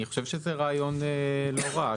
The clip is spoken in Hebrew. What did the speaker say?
אני חושב שזה רעיון לא רע.